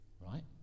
right